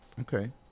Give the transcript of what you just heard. Okay